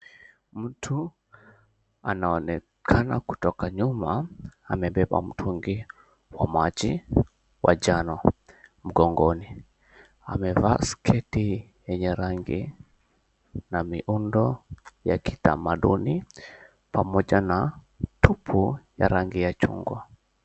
Mtu anaonekana kutoka nyuma amebeba mtungi wa maji wa njano mgongoni amevaa sketi yenye rangi ya miundo ya kitamaduni pamoja na tupo ya rangi ya chungwa.